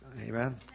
Amen